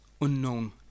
unknown